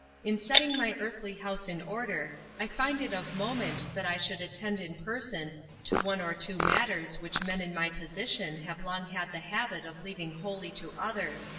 in setting my earthly house in order i find it of moment that i should attend in person to one or two matters which men in my position have long had the habit of leaving wholly to others,